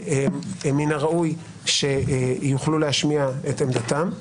מן הראוי שיוכלו להשמיע את עמדתם.